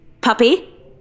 Puppy